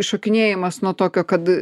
šokinėjimas nuo tokio kad